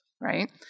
right